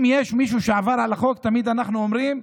אם יש מישהו שעבר על החוק, תמיד אנחנו אומרים: